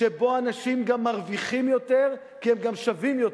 שבו אנשים גם מרוויחים יותר כי הם גם שווים יותר.